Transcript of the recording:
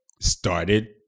started